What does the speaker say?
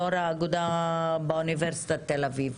יושבת-ראש האגודה באוניברסיטת תל-אביב.